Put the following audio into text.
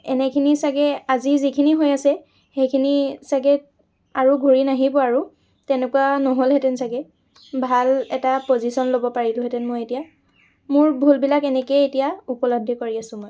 এনেখিনি চাগৈ আজি যিখিনি হৈ আছে সেইখিনি চাগৈ আৰু ঘূৰি নাহিব আৰু তেনেকুৱা নহ'লহেঁতেন চাগৈ ভাল এটা পজিচন ল'ব পাৰিলোঁহেতেন মই এতিয়া মোৰ ভুলবিলাক এনেকৈয়ে এতিয়া উপলব্ধি কৰি আছোঁ মই